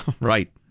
Right